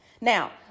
Now